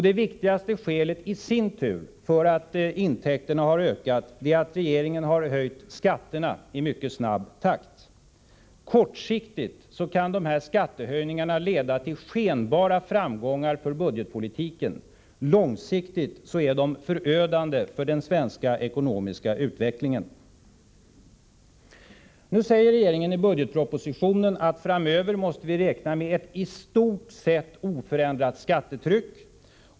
Det viktigaste skälet i sin tur till att intäkterna har ökat är att regeringen höjt skatterna i mycket snabb takt. Kortsiktigt kan dessa skattehöjningar leda till skenbara framgångar för budgetpolitiken, långsiktigt är de förödande för den svenska ekonomiska utvecklingen. Nu säger regeringen i budgetpropositionen att vi framöver måste räkna med ett istort sett oförändrat skattetryck.